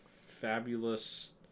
fabulous